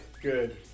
Good